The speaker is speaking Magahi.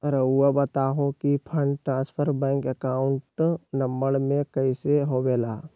रहुआ बताहो कि fund transfer bank account number में कैसे होबेला?